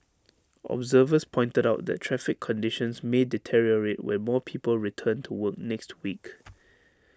observers pointed out that traffic conditions may deteriorate when more people return to work next week